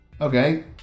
Okay